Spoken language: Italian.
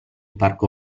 parco